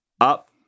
up